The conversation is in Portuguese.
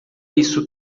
isso